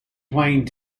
playing